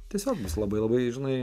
tiesiog labai labai žinai